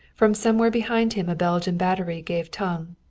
from somewhere behind him a belgian battery gave tongue,